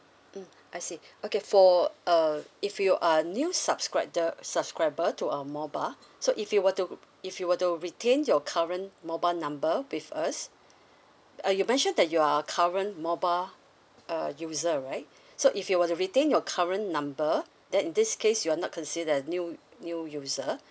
mm I see okay for uh if you are a new subscribe uh subscriber to our mobile so if you were to if you were to retain your current mobile number with us uh you mentioned that you are a current mobile uh user right so if you were to retain your current number then in this case you are not considered as new new user